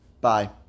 Bye